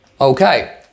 Okay